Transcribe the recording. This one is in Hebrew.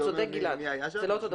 צודק גלעד, זה לא אותו דבר.